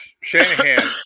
Shanahan